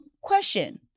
question